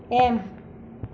M